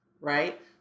Right